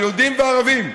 על יהודים וערבים.